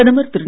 பிரதமர் திரு